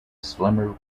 slimmer